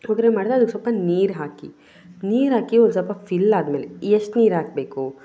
ಒಗ್ಗರಣೆ ಮಾಡುವಾಗ ಸ್ವಲ್ಪ ನೀರು ಹಾಕಿ ನೀರು ಹಾಕಿ ಒಂದು ಸ್ವಲ್ಪ ಫಿಲ್ ಆದಮೇಲೆ ಎಷ್ಟು ನೀರು ಹಾಕಬೇಕು